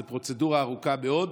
זו פרוצדורה ארוכה מאוד.